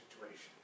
situation